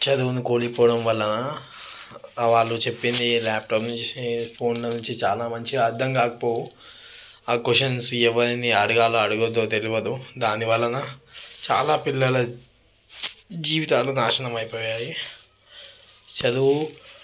చదువుని కోల్పోవడం వల్ల వాళ్ళు చెప్పింది లాప్టాప్ నుంచి ఫోన్ నుంచి చాలా మంచిగా అర్థం కాకపోవు ఆ క్వశ్చన్స్ ఎవరిని అడగాలో అడగద్దో తెలియదు దాని వలన చాలా పిల్లల జీవితాలు నాశనమైయిపోయాయి చదువు